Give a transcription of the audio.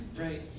Right